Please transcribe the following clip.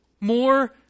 more